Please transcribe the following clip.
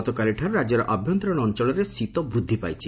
ଗତକାଲିଠାରୁ ରାକ୍ୟର ଆଭ୍ୟନ୍ତରୀଣ ଅଞ୍ଚଳରେ ଶୀତ ବୃଦ୍ଧି ପାଇଛି